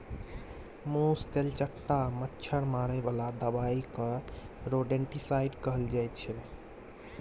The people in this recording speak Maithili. मुस, तेलचट्टा, मच्छर मारे बला दबाइ केँ रोडेन्टिसाइड कहल जाइ छै